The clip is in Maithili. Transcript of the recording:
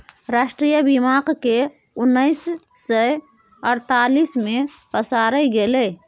राष्ट्रीय बीमाक केँ उन्नैस सय अड़तालीस मे पसारल गेलै